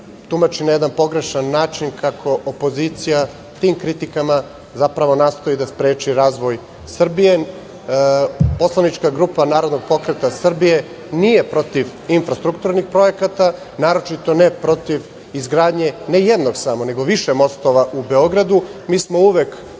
tumači na jedan pogrešan način, kako opozicija tim kritikama zapravo nastoji da spreči razvoj Srbije. Poslanička grupa Narodnog pokreta Srbije nije protiv infrastrukturnih projekata, naročito ne protiv izgradnje ne jednog samo, nego više mostova u Beogradu. Mi smo uvek